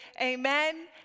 amen